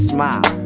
Smile